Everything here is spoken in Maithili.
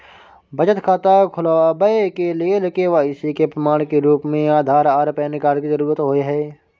बचत खाता खोलाबय के लेल के.वाइ.सी के प्रमाण के रूप में आधार आर पैन कार्ड के जरुरत होय हय